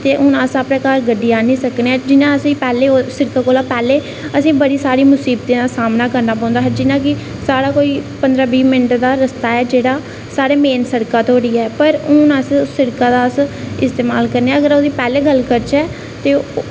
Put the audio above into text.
ते हून अस अपने घर गड्डी आह्नी सकने जियां असें पैह्लें सिड़का कोला पैह्लें असें ई बड़ी सारी मसीबतें दा सामना करना पौंदा जियां कि साढ़ा कोई पंदरां बीह् मिंट्ट दा रस्ता ऐ जेह्ड़ा साढ़ी मेन सड़का धोड़ी ऐ पर हून अस सिड़का दा इस्तमाल करने आं अगर ओह्दी पैह्लें गल्ल करचै ते